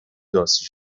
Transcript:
داسی